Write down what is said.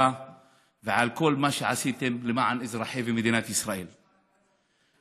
ועל כל מה שעשיתם למען מדינת ישראל ואזרחיה.